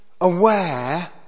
aware